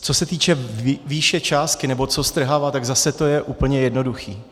Co se týče výše částky, nebo co strhávat, tak zase to je úplně jednoduché.